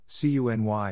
CUNY